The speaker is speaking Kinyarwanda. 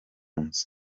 nzu